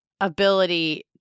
ability